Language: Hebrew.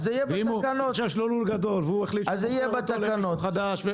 ואם יש לו לול גדול והוא החליט שהוא מוכר אותו למישהו חדש.